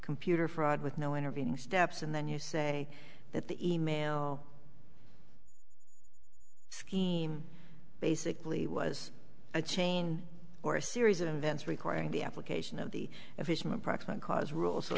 computer fraud with no intervening steps and then you say that the email scheme basically was a chain or a series of events requiring the application of the efficient proximate cause rule so